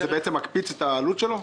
זה מקפיץ את העלות שלו?